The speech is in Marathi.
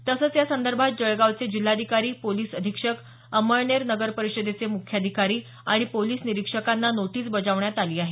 तसेच या संदर्भात जळगावचे जिल्हाधिकारी पोलीस अधीक्षक अंमळनेर नगर परिषदेचे मुख्याधिकारी आणि पोलीस निरीक्षकांना नोटीस बजावण्यात आली आहे